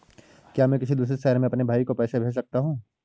क्या मैं किसी दूसरे शहर में अपने भाई को पैसे भेज सकता हूँ?